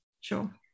Sure